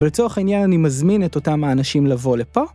לצורך העניין אני מזמין את אותם האנשים לבוא לפה.